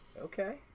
Okay